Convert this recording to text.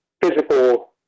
physical